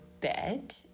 bed